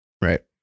right